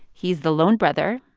he's the lone brother.